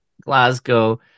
glasgow